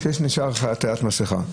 שנשארה עטיית מסכה.